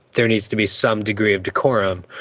there needs to be some degree of decorum.